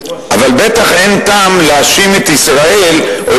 אבל בטח אין טעם להאשים את ישראל או